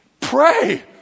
pray